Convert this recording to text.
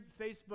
Facebook